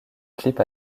clip